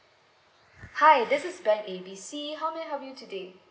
hi this is bank A B C how may I help you today